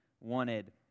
wanted